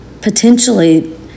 potentially